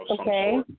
okay